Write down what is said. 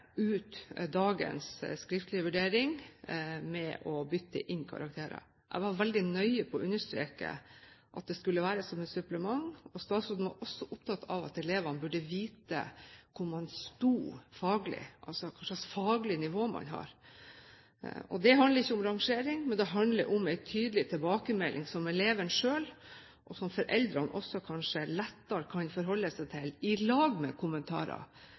ut dagens skriftlige vurdering med karakterer. Jeg var veldig nøye på å understreke at det skulle være som et supplement. Statsråden var også opptatt av at elevene burde vite hvor man sto faglig, altså hva slags faglig nivå man har. Det handler ikke om rangering, men det handler om en tydelig tilbakemelding som eleven selv, og foreldrene også kanskje, lettere kan forholde seg til, sammen med kommentarer.